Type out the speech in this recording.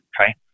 Okay